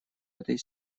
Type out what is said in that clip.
этой